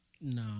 no